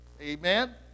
Amen